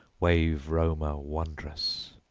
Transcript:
wave-roamer wondrous.